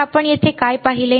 तर आपण येथे काय पाहिले